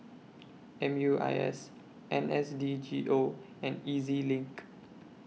M U I S N S D G O and E Z LINK